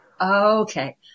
Okay